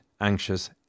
anxious